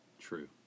True